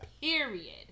period